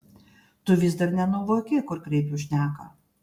tu vis dar nenuvoki kur kreipiu šneką